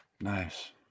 nice